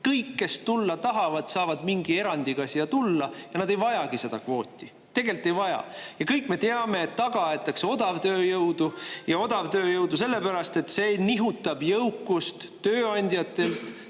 kõik, kes tulla tahavad, saavad mingi erandiga siia tulla. Nad ei vajagi seda kvooti, tegelikult ei vaja. Kõik me teame, et taga aetakse odavtööjõudu – odavtööjõudu sellepärast, et see nihutab jõukust töövõtjatelt